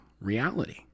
reality